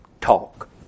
talk